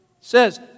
says